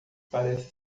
parece